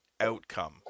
outcome